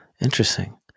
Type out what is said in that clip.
Interesting